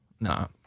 no